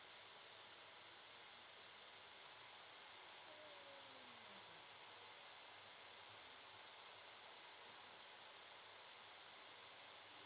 luh ya